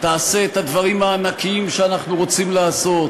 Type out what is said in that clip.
תעשה את הדברים הענקיים שאנחנו רוצים לעשות: